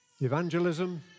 evangelism